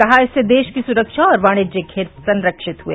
कहा इससे देश की सुरक्षा और वाणिज्यिक हित संरक्षित हुए